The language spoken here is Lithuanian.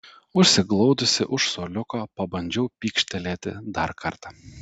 užsiglaudusi už suoliuko pabandžiau pykštelėti dar kartą